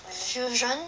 fusion